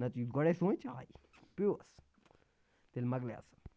نَتہٕ گۄڈَے سونچ چاے پیوس تیٚلہِ مَۄکلے سُہ